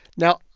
now,